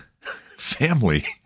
family